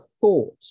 thought